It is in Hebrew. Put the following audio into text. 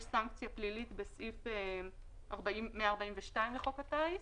תהיה סנקציה פלילית שקבועה בסעיף 142 לחוק הטיס.